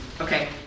Okay